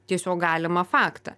tiesiog galimą faktą